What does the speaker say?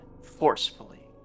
forcefully